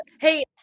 Hey